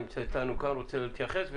והוא רוצה להתייחס.